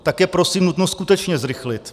Tak je prosím nutno skutečně zrychlit.